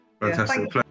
Fantastic